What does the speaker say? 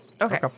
Okay